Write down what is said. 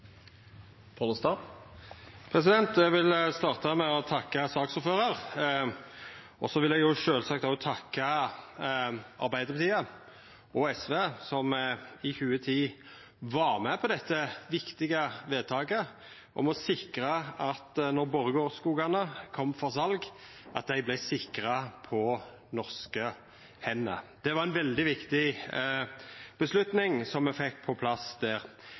Eg vil starta med å takka saksordføraren, og eg vil sjølvsagt òg takka Arbeidarpartiet og SV, som i 2010 var med på dette viktige vedtaket om å sikra at Borregaard-skogane vart sikra på norske hender når dei kom for sal. Det var ei veldig viktig avgjerd som me fekk på plass der.